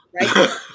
right